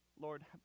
Lord